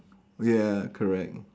ya correct